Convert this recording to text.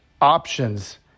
options